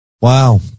Wow